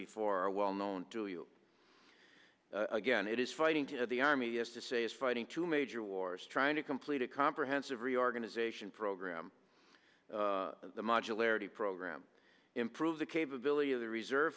before a well known to you again it is fighting to the army is to say it's fighting two major wars trying to complete a comprehensive reorganization program the modularity program improve the capability of the reserve